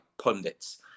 pundits